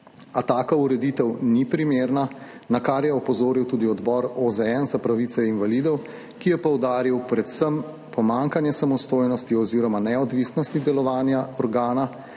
A taka ureditev ni primerna, na kar je opozoril tudi odbor OZN za pravice invalidov, ki je poudaril predvsem pomanjkanje samostojnosti oziroma neodvisnosti delovanja organa,